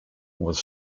was